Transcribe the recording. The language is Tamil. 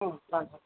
ம் பாருங்கள்